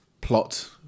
plot